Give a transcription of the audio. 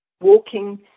walking